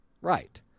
Right